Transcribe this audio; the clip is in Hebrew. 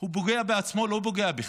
הוא פוגע בעצמו, לא פוגע בך,